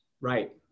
right